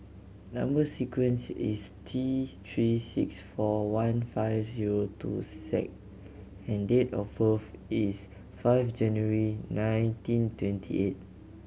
number sequence is T Three six four one five zero two Z and date of birth is five January nineteen twenty eight